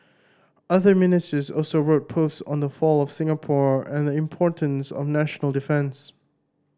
other Ministers also wrote post on the fall of Singapore and the importance of national defence